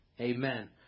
Amen